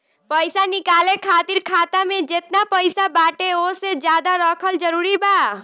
पईसा निकाले खातिर खाता मे जेतना पईसा बाटे ओसे ज्यादा रखल जरूरी बा?